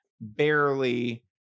barely